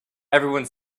everyone